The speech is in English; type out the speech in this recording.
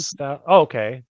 okay